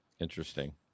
Interesting